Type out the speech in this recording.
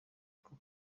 two